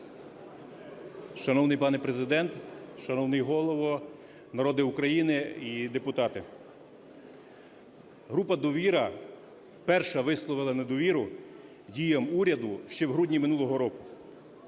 Шановний пане Президент, шановний Голово, народе України і депутати! Група "Довіра" перша висловила недовіру діям уряду ще в грудні минулого року.